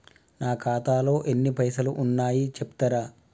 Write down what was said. నా ఖాతాలో ఎన్ని పైసలు ఉన్నాయి చెప్తరా?